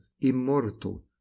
immortal